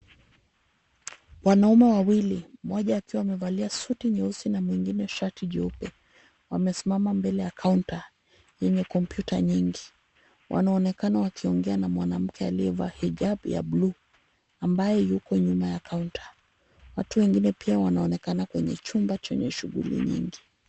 Wanaume wawili, mmoja akiwa amevalia suti nyeusi na mwingine shati jeupe, wamesimama mbele ya kaunta yenye kompyuta nyingi. Wanaonekana wakiongea na mwanamke aliyevaa hijabu ya buluu ambaye yuko nyuma ya kaunta. Watu wengine pia wanaonekana kwenye chumba chenye shughuli nyingi.